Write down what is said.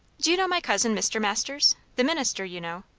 do you know my cousin, mr. masters the minister, you know?